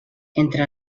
entre